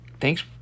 Thanks